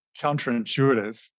counterintuitive